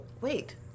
Wait